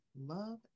love